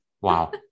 Wow